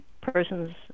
Person's